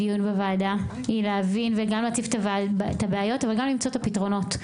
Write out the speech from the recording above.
הדיון בוועדה היא להבין ולהציף את הבעיות אבל גם למצוא את הפתרונות.